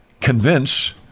convince